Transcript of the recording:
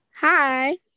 hi